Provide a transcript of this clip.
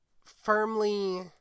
firmly